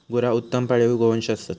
गुरा उत्तम पाळीव गोवंश असत